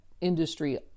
industry